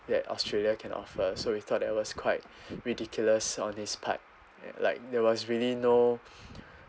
that australia can offer so we thought that was quite ridiculous on this part like there was really no